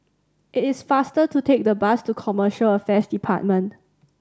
it is faster to take the bus to Commercial Affairs Department